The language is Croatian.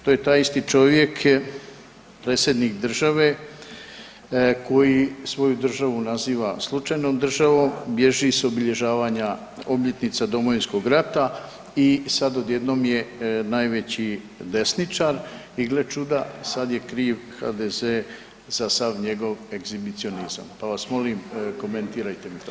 To je taj isti čovjek, Predsjednik države koji svoju državu naziva slučajnom državom, bježi s obilježavanja obljetnica Domovinskog rata i sad odjednom je najveći desničar i gle čuda, sad je kriv HDZ za sav njegov egzibicionizam, pa vas molim komentirajte mi to.